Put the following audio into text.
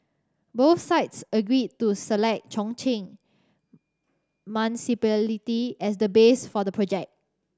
both sides agreed to select Chongqing as the base for the project